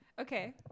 Okay